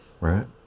right